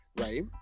right